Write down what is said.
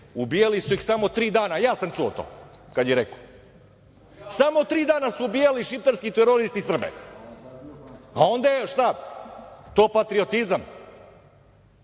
ubijali su ih samo tri dana. Ja sam čuo to kada je rekao. Samo tri dana su ubijali šiptarski teroristi Srbe, a onda je to šta – patriotizam?